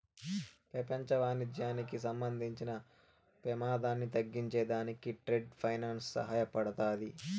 పెపంచ వాణిజ్యానికి సంబంధించిన పెమాదాన్ని తగ్గించే దానికి ట్రేడ్ ఫైనాన్స్ సహాయపడతాది